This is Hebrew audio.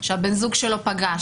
שהבן זוג שלו פגע,